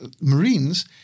Marines